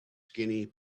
skinny